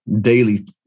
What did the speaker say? daily